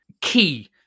key